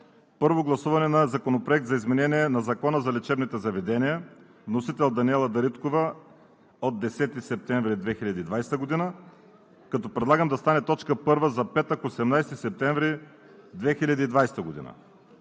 Първо гласуване на Законопроект за изменение на Закона за лечебните заведения. Вносител – Даниела Дариткова от 10 септември 2020 г., като предлагам да стане точка първа за петък, 18 септември 2020 г.,